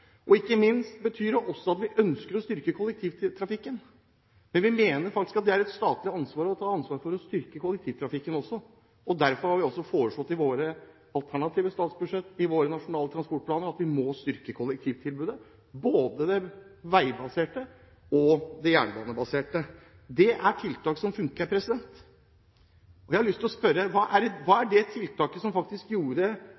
Ikke minst betyr det også at vi ønsker å styrke kollektivtrafikken. Men vi mener faktisk at det er et statlig ansvar å styrke kollektivtrafikken også. Derfor har vi foreslått i våre alternative statsbudsjett og i våre nasjonale transportplaner at vi må styrke kollektivtilbudet, både det veibaserte og det jernbanebaserte. Det er tiltak som funker. Jeg har lyst til å spørre: Hva var det tiltaket som faktisk gjorde at man reduserte biltrafikken mest gjennom Oslo? Var det